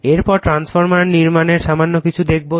এর পরে ট্রান্সফরমার নির্মাণের সামান্য কিছু দেখবো